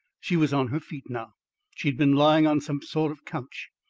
she was on her feet now she had been lying on some sort of couch.